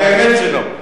באמת שלא.